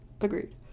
Agreed